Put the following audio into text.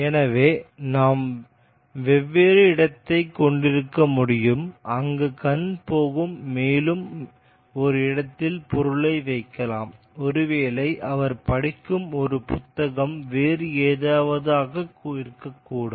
எனவே நாம் வேறொரு இடத்தைக் கொண்டிருக்க முடியும் அங்கு கண் போகும் மேலும் ஒரு இடத்தில் பொருளை வைக்கலாம் ஒருவேளை அவர் படிக்கும் ஒரு புத்தகம் வேறு ஏதாவது ஆக கூட இருக்கலாம்